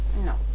No